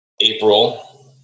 April